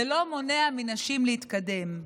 זה לא מונע מנשים להתקדם,